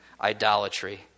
idolatry